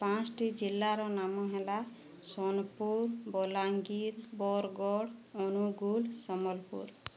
ପାଞ୍ଚ୍ଟି ଜିଲ୍ଲାର ନାମ ହେଲା ସୋନପୁର ବଲାଙ୍ଗୀର ବରଗଡ଼ ଅନୁଗୁଳ ସମ୍ବଲପୁର